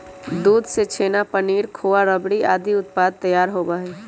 दूध से छेना, पनीर, खोआ, रबड़ी आदि उत्पाद तैयार होबा हई